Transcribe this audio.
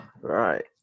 Right